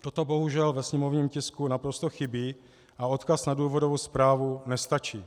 Toto bohužel ve sněmovním tisku naprosto chybí a odkaz na důvodovou zprávu nestačí.